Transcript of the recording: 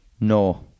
No